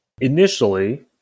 Initially